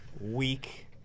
week